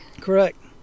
Correct